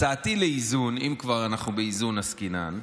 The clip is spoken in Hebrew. הצעתי לאיזון, אם כבר באיזון עסקינן,